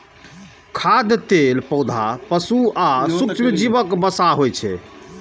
खाद्य तेल पौधा, पशु आ सूक्ष्मजीवक वसा होइ छै